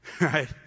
right